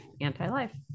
anti-life